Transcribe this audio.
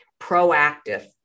proactive